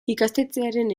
ikastetxearen